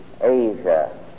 Asia